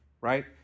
right